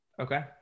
Okay